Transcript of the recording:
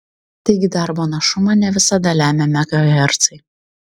taigi darbo našumą ne visada lemia megahercai